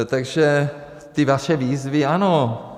Takže ty vaše výzvy, ano.